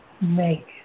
make